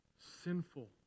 Sinful